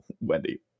wendy